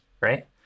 right